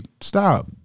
Stop